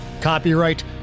Copyright